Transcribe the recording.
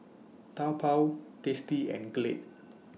Taobao tasty and Glade